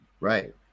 Right